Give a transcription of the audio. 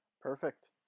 perfect